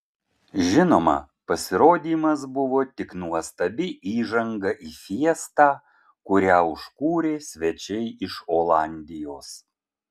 žinoma pasirodymas buvo tik nuostabi įžanga į fiestą kurią užkūrė svečiai iš olandijos